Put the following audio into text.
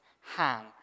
hang